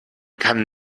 kann